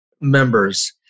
members